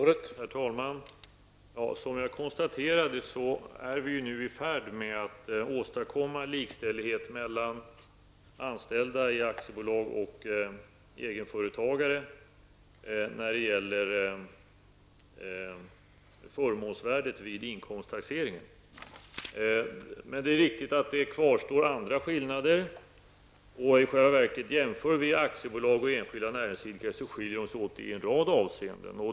Herr talman! Som jag i mitt svar konstaterade är vi nu i färd med att åstadkomma likställighet mellan anställda i aktiebolag och egenföretagare när det gäller förmånsvärdet vid inkomsttaxering. Det är riktigt att andra skillnader kvarstår. I själva verket skiljer sig aktiebolag och enskilda näringsidkare åt i en rad avseenden.